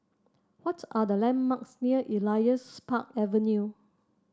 what are the landmarks near Elias Park Avenue